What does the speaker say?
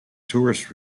tourist